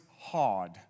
hard